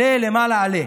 עלה למעלה עלה,